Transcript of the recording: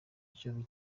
icyo